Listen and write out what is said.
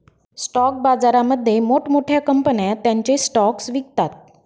stock बाजारामध्ये मोठ्या मोठ्या कंपन्या त्यांचे स्टॉक्स विकतात